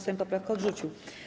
Sejm poprawkę odrzucił.